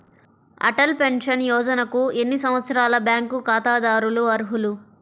Atal pension యోజనకు ఎన్ని సంవత్సరాల బ్యాంక్ ఖాతాదారులు అర్హులు?